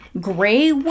gray